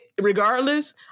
regardless